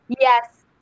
yes